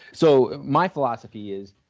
so my philosophy is